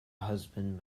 husband